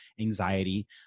anxiety